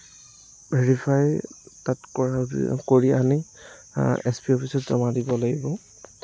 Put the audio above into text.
verify তাত কৰা কৰি আনি এছ পি অফিছত জমা দিব লাগিব